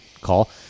call